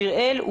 מ-א'